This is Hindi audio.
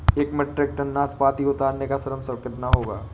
एक मीट्रिक टन नाशपाती उतारने का श्रम शुल्क कितना होगा?